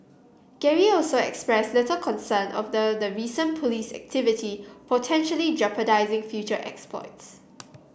Gary also expressed little concern of the recent police activity potentially jeopardising future exploits